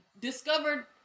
discovered